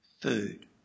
food